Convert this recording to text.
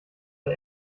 der